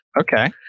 Okay